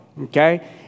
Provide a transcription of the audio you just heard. okay